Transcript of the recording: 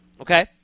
Okay